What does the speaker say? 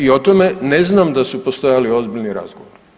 I o tome ne znam da su postojali ozbiljni razgovori.